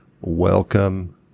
Welcome